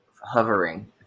hovering